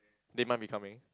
they might be coming